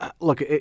look